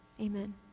Amen